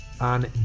on